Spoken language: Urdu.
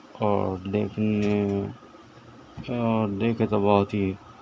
اور لیکن اور دیکھیں تو بہت ہی